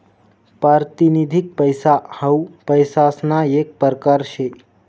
पारतिनिधिक पैसा हाऊ पैसासना येक परकार शे